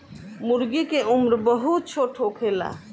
मूर्गी के उम्र बहुत छोट होखेला